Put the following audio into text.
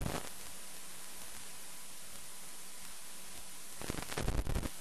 חברי הכנסת, אני יודע שהנושא כבר משעמם,